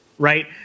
Right